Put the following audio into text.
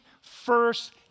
first